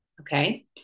okay